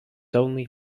only